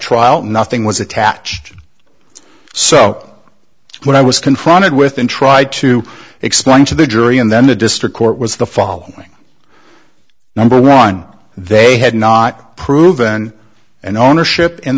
trial nothing was attached so what i was confronted with and tried to explain to the jury and then the district court was the following number one they had not proven an ownership